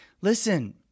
listen